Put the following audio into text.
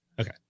Okay